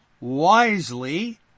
wisely